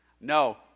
No